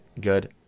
good